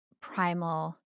primal